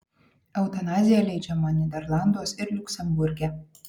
eutanazija leidžiama nyderlanduos ir liuksemburge